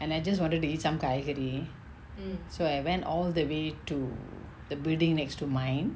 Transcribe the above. and I just wanted to eat some thai curry so I went all the way to the building next to mine